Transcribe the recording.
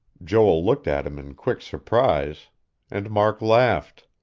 joel looked at him in quick surprise and mark laughed.